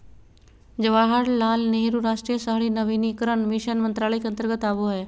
जवाहरलाल नेहरू राष्ट्रीय शहरी नवीनीकरण मिशन मंत्रालय के अंतर्गत आवो हय